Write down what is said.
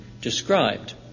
described